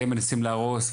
הם מנסים להרוס,